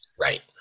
Right